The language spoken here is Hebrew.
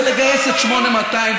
ולגייס את 8200,